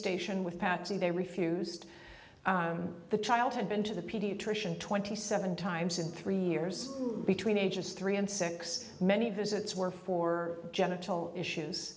station with patsy they refused the child had been to the pediatrician twenty seven times in three years between ages three and six many visits were for genital issues